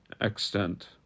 extent